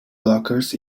blockers